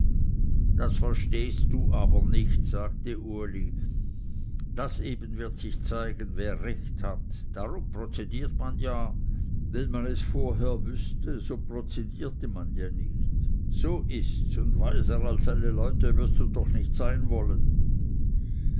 das verstehst du aber nicht sagte uli das eben wird sich zeigen wer recht hat darum prozediert man ja wenn man es vorher wüßte so prozedierte man ja nicht so ists und weiser als alle leute wirst doch nicht sein wollen